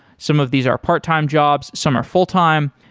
some of these are part-time jobs, some are full-time.